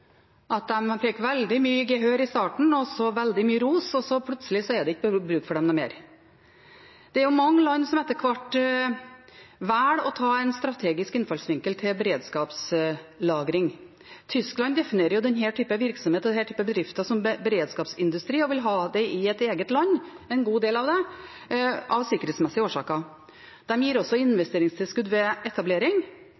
veldig mye gehør i starten, og også veldig mye ros, men plutselig er det ikke bruk for dem mer. Det er mange land som etter hvert velger å ta en strategisk innfallsvinkel til beredskapslagring. Tyskland definerer denne typen virksomhet og denne typen bedrifter som beredskapsindustri og vil ha det i eget land – en god del av dem – av sikkerhetsmessige årsaker. De gir også